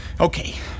Okay